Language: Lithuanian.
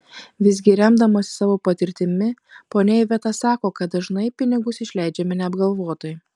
visgi remdamasi savo patirtimi ponia iveta sako kad dažnai pinigus išleidžiame neapgalvotai